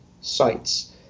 sites